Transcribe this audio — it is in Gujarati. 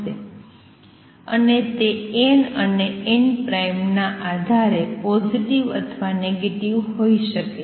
અને તે n અને n' ના આધારે પોઝિટિવ અથવા નેગેટિવ હોઈ શકે છે